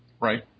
right